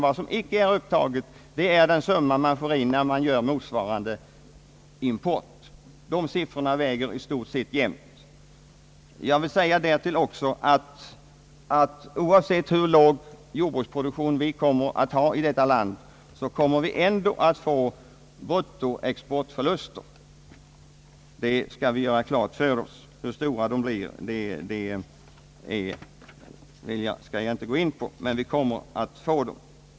Vad som icke är upptaget är den summa man får in för motsvarande import. Dessa siffror väger i stort sett jämt. Därtill vill jag säga att oavsett hur låg jordbruksproduktion vi kommer att ha så kommer vi ändå att få bruttioexportförluster. Det skall vi göra klart för oss.